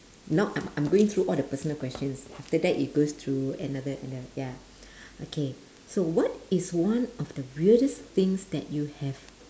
not I'm I'm going through all the personal questions after that it goes through another ano~ ya okay so what is one the weirdest things that you have